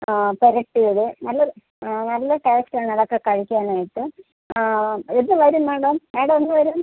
പുരട്ടിയത് നല്ലത് നല്ല ടേസ്റ്റ് ആണ് അതൊക്കെ കഴിക്കാനായിട്ട് എന്ന് വരും മാഡം മാഡം എന്ന് വരും